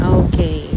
okay